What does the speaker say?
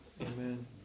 Amen